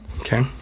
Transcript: Okay